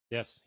Yes